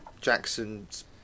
Jackson's